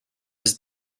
his